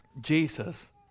Jesus